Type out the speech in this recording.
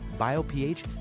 BioPH